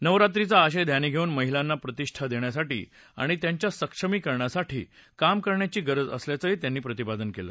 नवरात्रीचा आशय ध्यानी घेऊन महिलांना प्रतिष्ठा देण्यासाठी आणि त्यांच्या सक्षमीकरणासाठी काम करण्यासाठी गरज त्यांनी व्यक्त केली